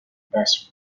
best